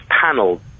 panel